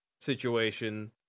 situation